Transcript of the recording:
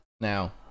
Now